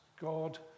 God